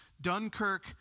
Dunkirk